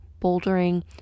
bouldering